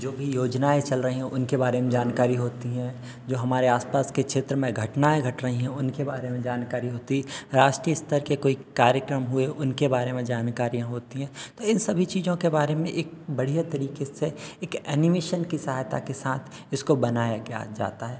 जो भी योजनाएँ चल रही हैं उनके बारे में जानकारी होती हैं जो हमारे आसपास के क्षेत्र में घटनाएँ घट रही हैं उनके बारे में जानकारी होती राष्ट्रीय स्तर के कोई कार्यक्रम हुए उनके बारे में जानकारी होती है इन सभी चीज़ों के बारे में एक बढ़ियाँ तरीके से एक एनिमेशन की सहायता के साथ इसको बनाया गया जाता है